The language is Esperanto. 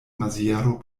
maziero